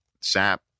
Sap